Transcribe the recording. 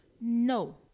no